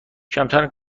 کمترین